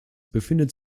befindet